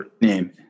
name